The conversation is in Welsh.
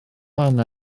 arna